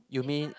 you mean